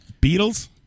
Beatles